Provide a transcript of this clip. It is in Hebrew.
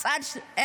של צד אחד.